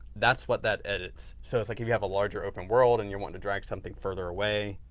that's what that edits. so, it's like if you have a larger open world and you're want to drag something further away